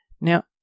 Now